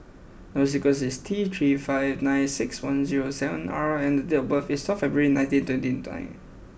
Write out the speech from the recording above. number sequence is T three five nine six one zero seven R and date of birth is twelve February nineteen twenty nine